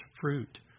fruit